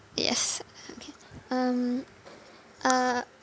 yes okay um uh